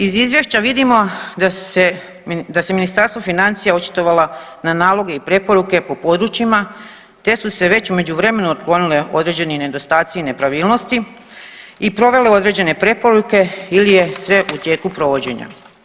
Iz izvješća vidimo da se Ministarstvo financija očitovalo na naloge i preporuke po područjima te su se već u međuvremenu otklonili određeni nedostaci i nepravilnosti i provele određene preporuke ili je sve u tijeku provođenja.